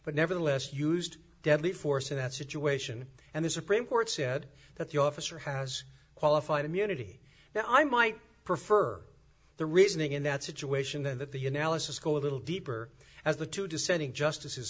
but nevertheless used deadly force in that situation and the supreme court said that the officer has qualified immunity now i might prefer the reasoning in that situation and that the analysis go a little deeper as the two dissenting justices